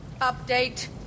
Update